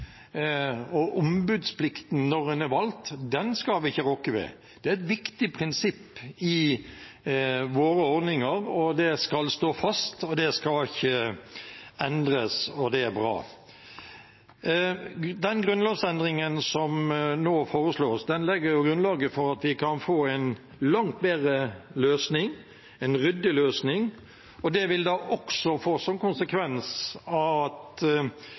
og ombudsplikten når man er valgt. Det er et viktig prinsipp i våre ordninger, det skal stå fast, og det skal ikke endres – det er bra. Grunnlovsendringen som nå foreslås, legger grunnlaget for at vi kan få en langt bedre løsning – en ryddig løsning – og det vil også få som konsekvens at